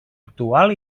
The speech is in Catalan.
actual